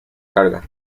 carga